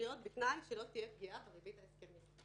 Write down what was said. זה חייב להיות בתנאי שלא תהיה פגיעה בריבית הבסיס.